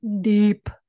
deep